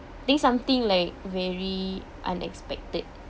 think something like very unexpected